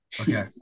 Okay